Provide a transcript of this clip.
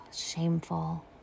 shameful